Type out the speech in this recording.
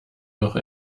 noch